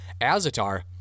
Azatar